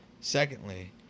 Secondly